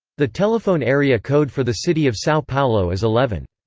the telephone area code for the city of sao paulo is eleven.